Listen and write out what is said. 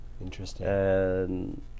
Interesting